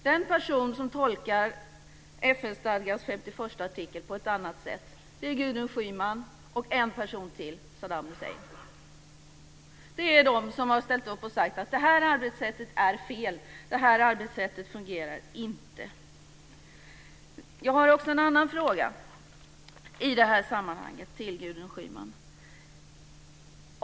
De personer som tolkar FN-stadgans 51:a artikel på ett annat sätt är Gudrun Schyman och en till: Saddam Hussein. Det är de som har ställt upp och sagt att detta arbetssätt är fel. Detta arbetssätt fungerar inte. Jag vill också ta upp en annan sak i detta sammanhang med Gudrun Schyman.